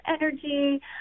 energy